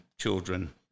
children